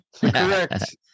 Correct